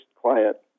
quiet